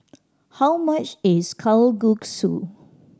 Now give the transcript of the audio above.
how much is Kalguksu